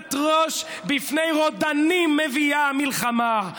הרכנת ראש בפני רודנים מביאה מלחמה.